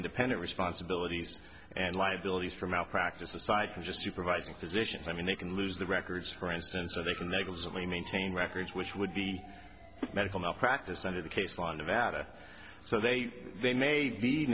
independent responsibilities and liabilities for malpractise aside from just supervising physicians i mean they can lose the records for instance or they can make only maintain records which would be medical malpractise and in the case fund of out a so they they may be